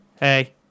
Hey